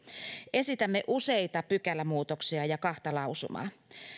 esitämme useita pykälämuutoksia ja ja kahta lausumaa